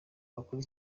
bakore